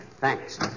Thanks